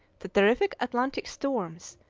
the terrific atlantic storms,